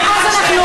אני רק שאלה.